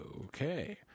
Okay